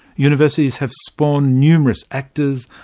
universities have spawned numerous actors,